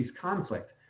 conflict